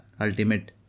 ultimate